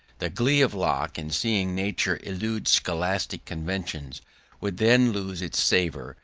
the glee of locke in seeing nature elude scholastic conventions would then lose its savour,